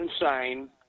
insane